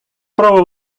право